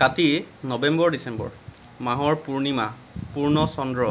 কাতি November December মাহৰ পূৰ্ণিমা পূৰ্ণ চন্দ্ৰ